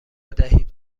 دهید